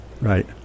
Right